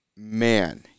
Man